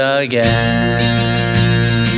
again